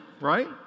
Right